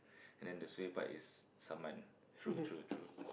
and the suay part is saman true true true